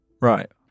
right